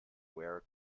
wear